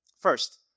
First